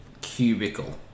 cubicle